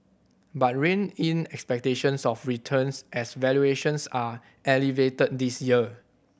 but rein in expectations of returns as valuations are elevated this year